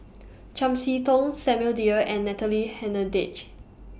Chiam See Tong Samuel Dyer and Natalie Hennedige